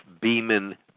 Beeman